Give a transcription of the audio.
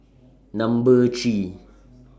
Number three